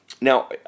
Now